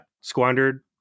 squandered